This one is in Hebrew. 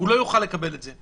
לא יוכל לקבל את זה.